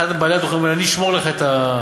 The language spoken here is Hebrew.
אחד מבעלי הדוכנים אומר שאמר: אני אשמור לך את הכרטיסים,